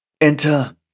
Enter